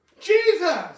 Jesus